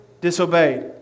disobeyed